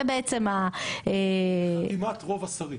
זה בעצם -- חתימת רוב השרים?